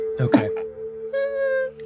Okay